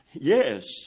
Yes